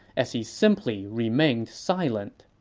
as he simply remained silent